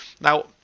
now